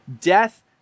death